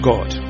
God